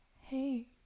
hey